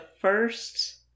first